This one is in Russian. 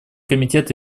комитет